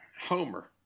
Homer